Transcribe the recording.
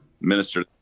minister